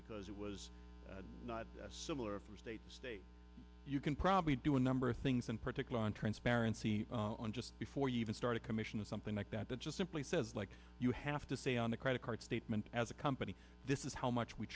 because it was similar from state to state you can probably do a number of things in particular on transparency on just before you even start a commission or something like that that just simply says like you have to say on the credit card statement as a company this is how much we